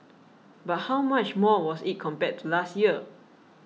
but how much more was it compared to last year